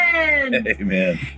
Amen